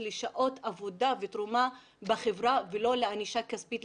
בשעות עבודה ותרומה לחברה ולא ענישה כספית.